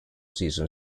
season